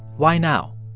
why now?